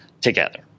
together